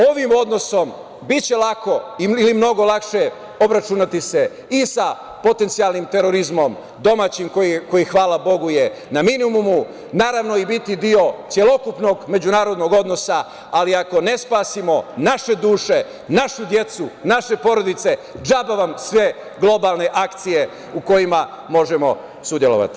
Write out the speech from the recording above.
Ovim odnosom biće lako ili mnogo lakše obračunati se i sa potencijalnim terorizmom, domaćim, koji je, hvala Bogu, na minimumu i naravno biti deo celokupnog međunarodnog odnosa, ali ako ne spasimo naše duše, našu decu, naše porodice, džaba vam sve globalne akcije u kojima možemo sudelovati.